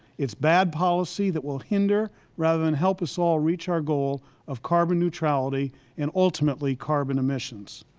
is bad policy that will hinder rather than help us all reach our goal of carbon neutrality and ultimately carbon emissions.